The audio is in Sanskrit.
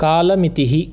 कालमितिः